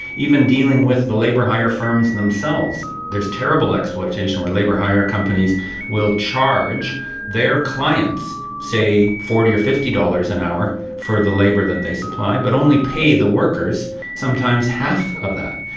even dealing with the labour hire firms themselves, there is terrible exploitation where labour hire companies will charge their clients, say, forty dollars or fifty dollars an hour for the labour that they supply, but only pay the workers sometimes half of that.